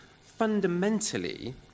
fundamentally